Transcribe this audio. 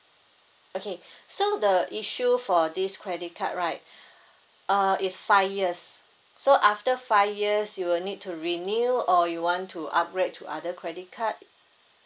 okay so the issue for this credit card right uh is five years so after five years you will need to renew or you want to upgrade to other credit card